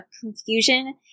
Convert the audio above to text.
confusion